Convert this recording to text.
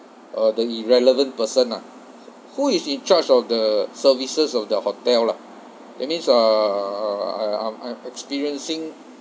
uh the irrelevant person ah who who is in charge of the services of the hotel lah that means uh I um I experiencing